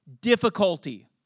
difficulty